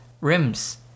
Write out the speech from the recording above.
rims